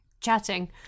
chatting